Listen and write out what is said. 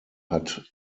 hat